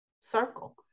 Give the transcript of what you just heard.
circle